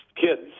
Kids